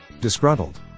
Disgruntled